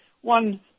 one